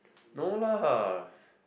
no lah